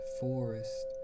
forest